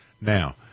Now